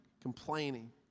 complaining